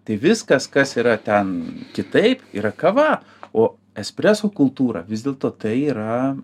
tai viskas kas yra ten kitaip yra kava o espreso kultūra vis dėlto tai yra